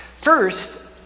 First